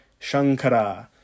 Shankara